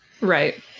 right